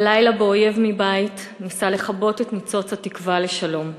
בלילה שבו אויב מבית ניסה לכבות את ניצוץ התקווה לשלום,